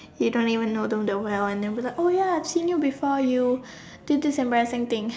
you don't even know them that well and they'll be like oh ya I've seen you before you did this embarrassing thing